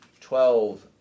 Twelve